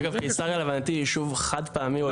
אגב קיסריה להבנתי היא ישוב חד פעמי או